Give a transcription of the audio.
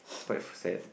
quite sad